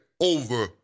over